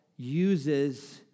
uses